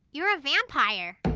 you are a vampire!